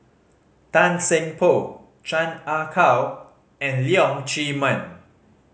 Tan Seng Poh Chan Ah Kow and Leong Chee Mun